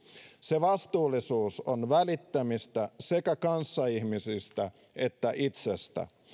se vastuullisuus on välittämistä sekä kanssaihmisistä että itsestä